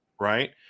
right